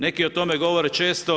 Neki o tome govore često.